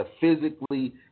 Physically